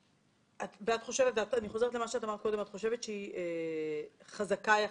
את חושבת שהיא חזקה יחסית?